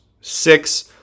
Six